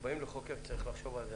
כשבאים לחוקק צריך לחשוב על זה.